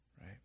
right